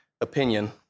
opinion